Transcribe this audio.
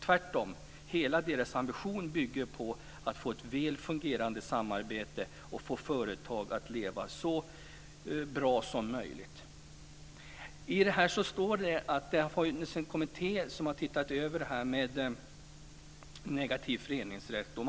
Tvärtom, hela deras ambition bygger på att få ett väl fungerande samarbete och få företag att leva så bra som möjligt. I betänkandet står det att det har funnits en kommitté som har tittat över den negativa föreningsrätten.